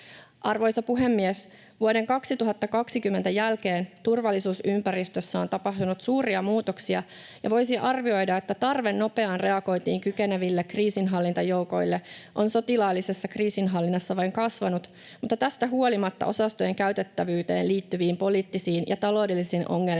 Arvoisa puhemies! Vuoden 2020 jälkeen turvallisuusympäristössä on tapahtunut suuria muutoksia, ja voisi arvioida, että tarve nopeaan reagointiin kykeneville kriisinhallintajoukoille on sotilaallisessa kriisinhallinnassa vain kasvanut, mutta tästä huolimatta osastojen käytettävyyteen liittyviin poliittisiin ja taloudellisiin ongelmiin